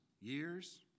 Years